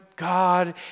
God